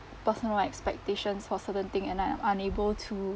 personal expectations for certain thing and I'm unable to